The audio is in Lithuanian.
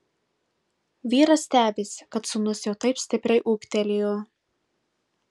vyras stebisi kad sūnus jau taip stipriai ūgtelėjo